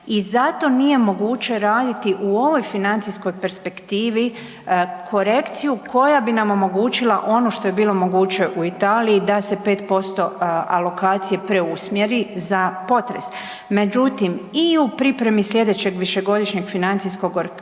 i zato nije moguće raditi u ovoj financijskoj perspektivi korekciju koja bi nam omogućila ono što je bilo moguće u Italiji da se 5% alokacije preusmjeri za potres. Međutim i u pripremi slijedećeg višegodišnjeg financijskog okvira